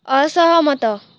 ଅସହମତ